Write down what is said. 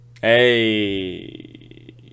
Hey